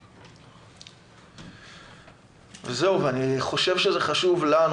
זה חשוב לנו,